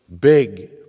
big